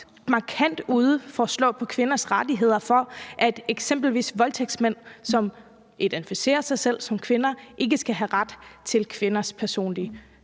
markant på kvinders rettigheder. Eksempelvis skal voldtægtsmænd, som identificerer sig selv som kvinder, ikke have ret til kvinders personlige